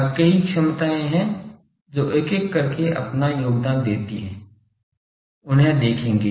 अब कई क्षमताएँ हैं जो एक एक करके अपना योगदान देती है हैं उन्हें देखेंगे